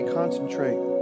concentrate